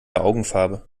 augenfarbe